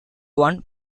one